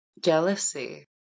jealousy